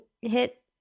hit